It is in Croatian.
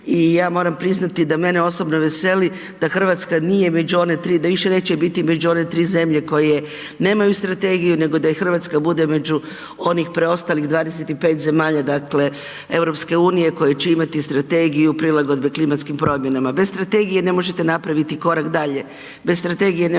i ja moram priznati da mene osobno veseli da RH nije među one 3, da više neće biti među one 3 zemlje koje nemaju strategiju, nego da i RH bude među onih preostalih 25 zemalja, dakle EU koje će imati Strategiju prilagodbe klimatskim promjenama. Bez strategije ne možete napraviti korak dalje, bez strategije ne